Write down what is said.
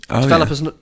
Developers